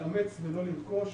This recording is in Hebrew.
לאמץ ולא לרכוש